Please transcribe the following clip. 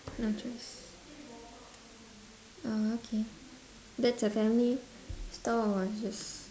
no choice oh okay that's a family store or just